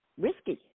risky